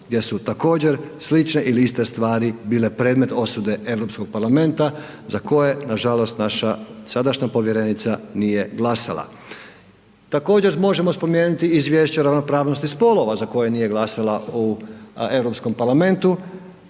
gdje su također slične ili iste stvari bile predmet osude Europskog parlamenta za koje nažalost naša sadašnja povjerenica nije glasala. Također možemo spomenuti izvješća ravnopravnosti spolova za koje nije glasala u Europskom parlamentu,